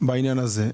שאלה בעניין הזה.